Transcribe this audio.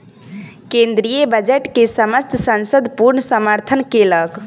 केंद्रीय बजट के समस्त संसद पूर्ण समर्थन केलक